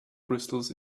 crystals